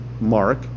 Mark